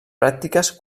pràctiques